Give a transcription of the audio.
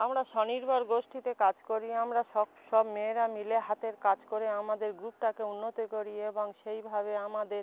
আমরা স্বনির্ভর গোষ্ঠীতে কাজ করি আমরা সব সব মেয়েরা মিলে হাতের কাজ করে আমাদের গ্রুপটাকে উন্নতি করি এবং সেইভাবে আমাদের